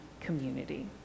community